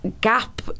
gap